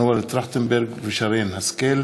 מנואל טרכטנברג ושרן השכל,